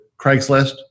Craigslist